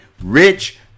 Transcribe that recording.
rich